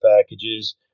packages